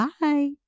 bye